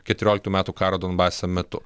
keturioliktų metų karo donbase metu